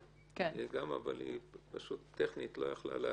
אבל היא פשוט טכנית לא יכלה להגיע.